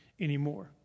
anymore